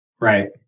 Right